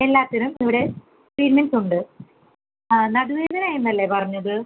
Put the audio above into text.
എല്ലാത്തിനും ഇവിടെ ട്രീറ്റ്മെൻറ്സ് ഉണ്ട് നടുവേദന എന്നല്ലേ പറഞ്ഞത്